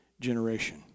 generation